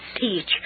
teach